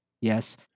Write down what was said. Yes